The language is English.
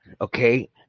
okay